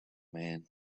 man